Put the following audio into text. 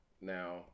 Now